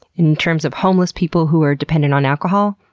in terms of homeless people who were dependent on alcohol,